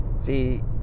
See